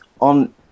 On